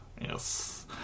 Yes